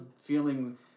feeling